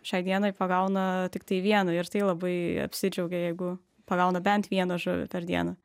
šiai dienai pagauna tiktai vieną ir tai labai apsidžiaugia jeigu pagauna bent vieną žuvį per dieną